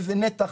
איזה נתח,